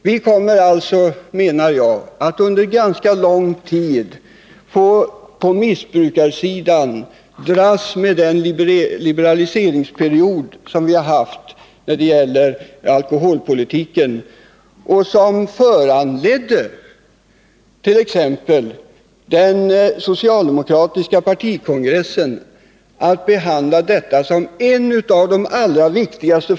Vi kommer alltså, menar jag, under ganska lång tid att på missbrukarsidan få dras med sviterna av den liberaliseringsperiod som vi har haft när det gäller alkoholpolitiken och som exempelvis föranledde den socialdemokratiska partikongressen att behandla denna fråga som en av de viktigaste.